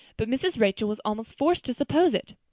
but mrs. rachel was almost forced to suppose it.